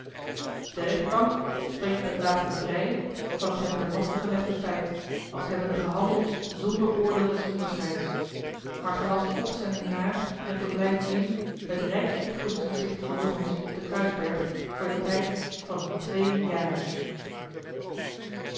de rechtbank spreekt den beklaagde vrij van het hem ten laste gelegde feit als hebbende gehandeld zonder oordeel des onderscheids maar gelast opzending naar en verblijf in het rijksopvoedingsgesticht voor jongens op den kruisberg voor den tijd van twee jaar